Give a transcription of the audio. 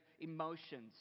emotions